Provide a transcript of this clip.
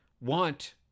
want